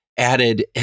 Added